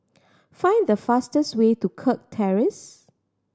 find the fastest way to Kirk Terrace